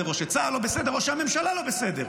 או שצה"ל לא בסדר או שהממשלה לא בסדר.